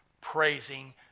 praising